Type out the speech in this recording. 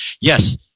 Yes